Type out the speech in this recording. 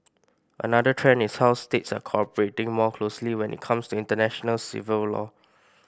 another trend is how states are cooperating more closely when it comes to international civil law